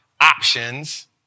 options